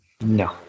No